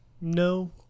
no